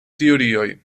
teorioj